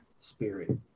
spirit